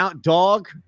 Dog